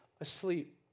asleep